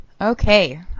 Okay